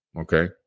okay